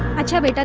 whichever